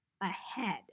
ahead